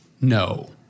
no